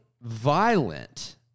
violent